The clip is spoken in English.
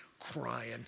crying